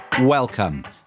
Welcome